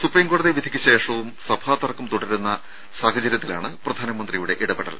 supreme കോടതി വിധിക്ക് ശേഷവും സഭാ തർക്കം തുടരുന്ന സാഹഛര്യത്തിലാണ് പ്രധാനമന്ത്രിയുടെ ഇപെടൽ